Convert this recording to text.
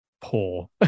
poor